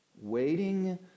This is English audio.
waiting